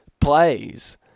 plays